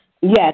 Yes